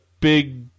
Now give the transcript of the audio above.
big